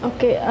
Okay